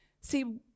See